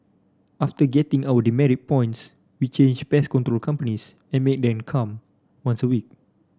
after getting our demerit points we changed pest control companies and made them come once a week